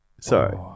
Sorry